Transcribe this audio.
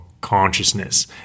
consciousness